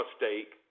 mistake